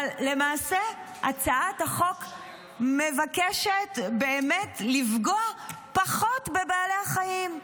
למעשה הצעת החוק מבקשת באמת לפגוע פחות בבעלי החיים,